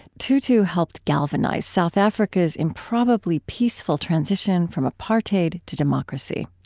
tutu helped galvanize south africa's improbably peaceful transition from apartheid to democracy.